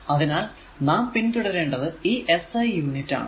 അതിനാൽ നാം പിന്തുടരേണ്ടത് ഈ SI യൂണിറ്റ് ആണ്